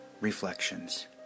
Reflections